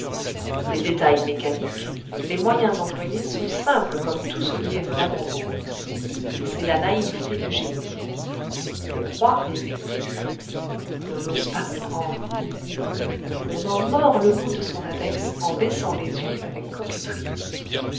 les détails mécaniques les moyens employés sont simples comme tout ce qui est vraiment beau c'est la naïveté du génie on croit rêver on n'ose pas comprendre on en mord le bout de son index en baissant les yeux avec coquetterie